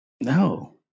No